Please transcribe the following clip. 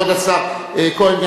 כבוד השר כהן,